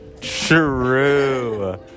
true